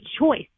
choice